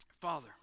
Father